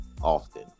often